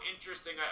interesting